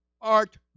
art